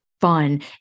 fun